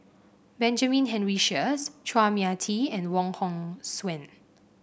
Benjamin Henry Sheares Chua Mia Tee and Wong Hong Suen